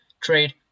Trade